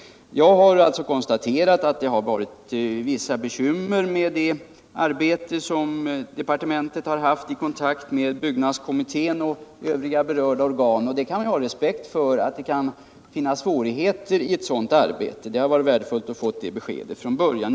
Jag kan alltså nu konstatera att det har varit vissa bekymmer när det gällt departementets kontakter med byggnadskommittén och övriga berörda organ. Jag har respekt för att det kan finnas svårigheter i ett sådant arbete. Men det skulle varit. värdefullt att ha fått det beskedet från början.